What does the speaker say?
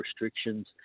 restrictions